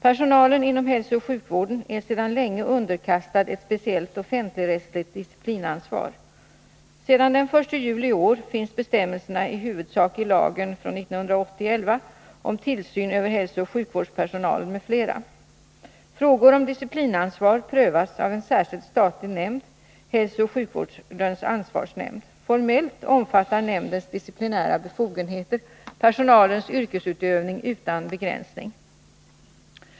Personalen inom hälsooch sjukvården är sedan länge underkastad ett speciellt offentligrättsligt disciplinansvar. Sedan den 1 juli i år finns bestämmelserna i huvudsak i lagen om tillsyn över hälsooch sjukvårdspersonalen m.fl. Frågor om disciplinansvar prövas av en särskild statlig nämnd, hälsooch sjukvårdens ansvarsnämnd. Formellt omfattar nämndens disciplinära befogenheter personalens yrkesutövning utan begränsning.